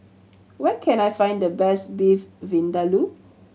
where can I find the best Beef Vindaloo